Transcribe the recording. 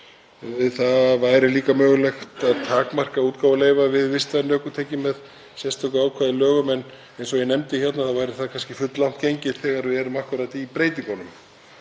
Það væri líka mögulegt að takmarka útgáfu leyfa við vistvæn ökutæki með sérstöku ákvæði í lögum, en eins og ég nefndi væri það kannski fulllangt gengið þegar við erum akkúrat í breytingunum